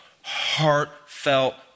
heartfelt